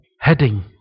heading